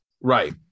Right